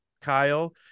Kyle